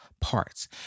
parts